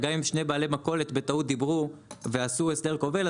גם אם שני בעלי מכולת בטעות דיברו ועשו הסדר כובל,